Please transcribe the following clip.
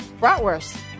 bratwurst